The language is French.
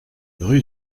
rue